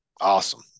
awesome